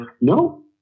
No